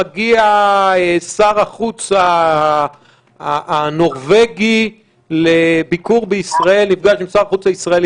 מגיע שר החוץ הנורבגי לביקור בישראל ונפגש עם שר החוץ הישראלי,